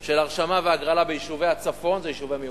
של הרשמה והגרלה ביישובי הצפון זה יישובי מיעוטים.